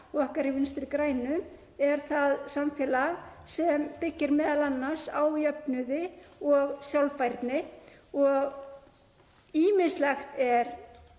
og okkar í Vinstri grænum er það samfélag sem byggir m.a. á jöfnuði og sjálfbærni. Ýmislegt er